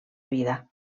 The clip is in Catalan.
vida